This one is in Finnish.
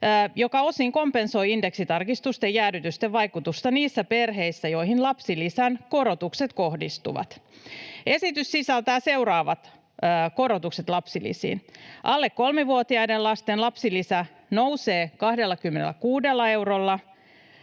joka osin kompensoi indeksitarkistusten jäädytysten vaikutusta niissä perheissä, joihin lapsilisän korotukset kohdistuvat. Esitys sisältää seuraavat korotukset lapsilisiin: alle kolmivuotiaiden lasten lapsilisä nousee 26 eurolla,